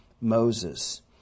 Moses